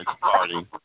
party